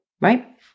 right